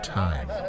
time